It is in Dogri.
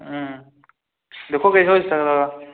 हां दिक्खो किश होई सकदा तां